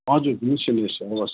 हजुर निश्चय निश्चय हवस्